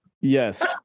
yes